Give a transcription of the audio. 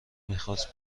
میخواست